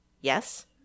Yes